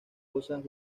cosas